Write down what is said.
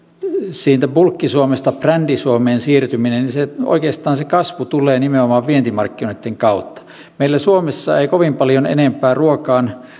siitä bulkki suomesta brändi suomeen siirtymisessä oikeastaan se kasvu tulee nimenomaan vientimarkkinoitten kautta meillä suomessa ei kovin paljon enempää ruokaan